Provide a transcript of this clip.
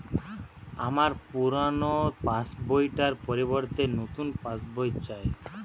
আমার পুরানো পাশ বই টার পরিবর্তে নতুন পাশ বই চাই